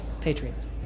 Patriots